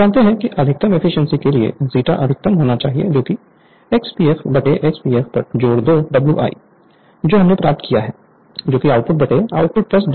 हम जानते हैं कि अधिकतम एफिशिएंसी के लिए zeta अधिकतम XpflX pfl 2 Wi जो हमने प्राप्त किया है जो आउटपुट आउटपुट2 Wi होगा